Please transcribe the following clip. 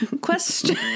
Question